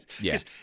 yes